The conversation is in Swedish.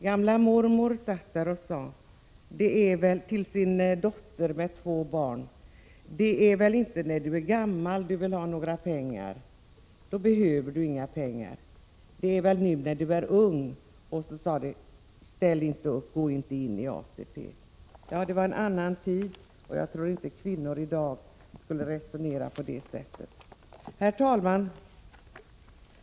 Gamla mormor satt där och sade ungefär så här till sin dotter med två barn: Det är väl inte när du är gammal du vill ha några pengar. Då behöver du inga pengar, utan det är nu när du är ung. Gå inte in i ATP! Det var en annan tid. Jag tror inte att kvinnor i dag skulle resonera på det sättet. Herr talman!